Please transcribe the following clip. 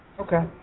Okay